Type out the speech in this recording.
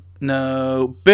No